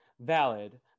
valid